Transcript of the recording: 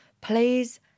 please